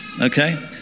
Okay